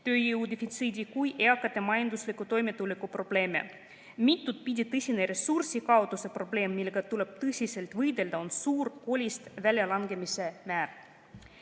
oskustööjõu defitsiidi kui ka eakate majandusliku toimetuleku probleeme. Mitut pidi tõsine ressursikaotuse probleem, millega tuleb tõsiselt võidelda, on suur koolist väljalangemise määr. Mõni